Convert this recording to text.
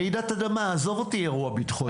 רעידת אדמה, עזוב אותי אירוע ביטחוני.